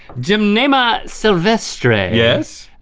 gymnema sylvestre. yes?